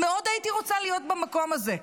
הייתי רוצה מאוד להיות במקום הזה,